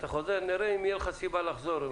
נראה אם תהיה לך סיבה לחזור.